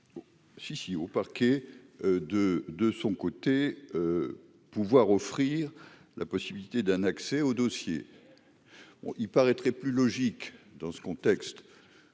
si, si, au parquet de de son côté pouvoir offrir la possibilité d'un accès au dossier, il paraîtrait plus logique dans ce contexte